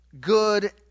good